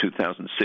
2006